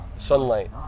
Sunlight